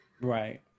Right